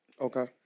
okay